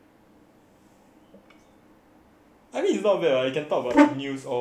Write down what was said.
I mean it's not bad we can talk about like news or